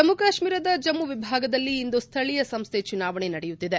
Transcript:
ಜಮ್ಮು ಕಾಶ್ಮೀರದ ಜಮ್ಮ ವಿಭಾಗದಲ್ಲಿ ಇಂದು ಸ್ಥಳೀಯ ಸಂಸ್ಥೆ ಚುನಾವಣೆ ನಡೆಯುತ್ತಿದೆ